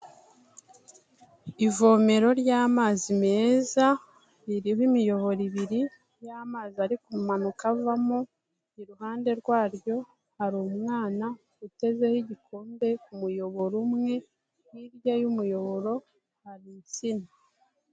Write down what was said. Ivomero ry'amazi meza, ririmo imiyoboro ibiri y'amazi ariko kumanuka avamo, iruhande rwaryo hari umwana utezeho igikombe ku muyoboro umwe, hirya y'umuyoboro hari insina.